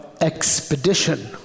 expedition